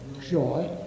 joy